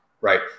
right